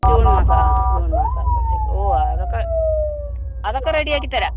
June മാസം ആ June മാസം ആകുമ്പോഴത്തേക്ക് ഓ അതൊക്കെ അതൊക്കെ റെഡിയാക്കി തരാം